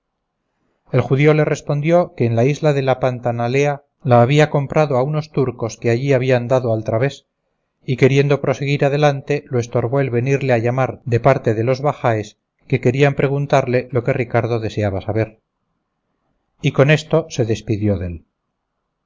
el judío le respondió que en la isla de la pantanalea la había comprado a unos turcos que allí habían dado al través y queriendo proseguir adelante lo estorbó el venirle a llamar de parte de los bajáes que querían preguntarle lo que ricardo deseaba saber y con esto se despidió dél